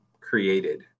created